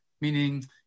meaning